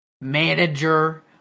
manager